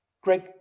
Greg